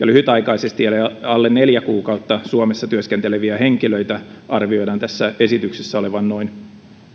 lyhytaikaisesti eli alle neljä kuukautta suomessa työskenteleviä henkilöitä arvioidaan tässä esityksessä olevan noin